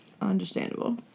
Understandable